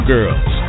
Girls